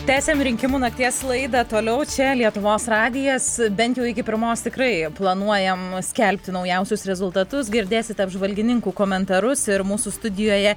tęsiam rinkimų nakties laidą toliau čia lietuvos radijas bent jau iki pirmos tikrai planuojam skelbti naujausius rezultatus girdėsit apžvalgininkų komentarus ir mūsų studijoje